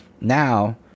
Now